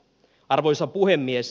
arvoisa puhemies